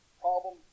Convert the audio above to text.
problem